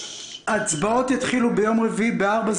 ההצבעות יתחילו ביום רביעי ב-16:00.